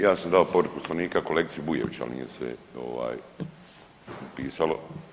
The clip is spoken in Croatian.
Ja sam dao povredu Poslovnika kolegici Bujević, ali nije se ovaj upisalo.